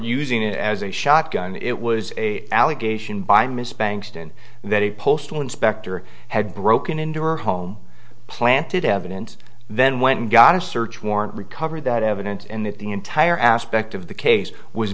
using it as a shotgun it was a allegation by ms bankston that a postal inspector had broken into her home planted evidence then went and got a search warrant recovered that evidence and that the entire aspect of the case was